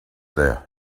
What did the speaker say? there